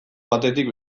batetik